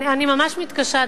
אני ממש מתקשה,